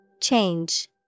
Change